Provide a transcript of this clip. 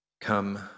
Come